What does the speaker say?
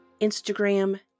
Instagram